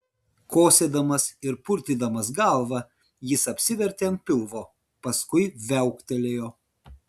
kosėdamas ir purtydamas galvą jis apsivertė ant pilvo paskui viauktelėjo